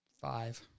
five